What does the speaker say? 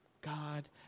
God